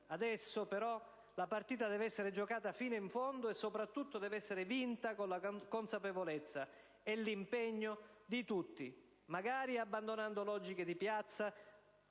Adesso, però, la partita deve essere giocata fino in fondo, e soprattutto, deve essere vinta con la consapevolezza e l'impegno di tutti, magari abbandonando logiche di piazza